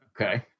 Okay